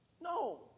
No